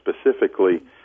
specifically